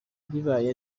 bibaye